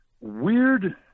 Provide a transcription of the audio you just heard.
weird